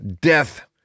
death